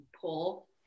pull